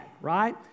right